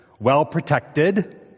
well-protected